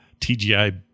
TGI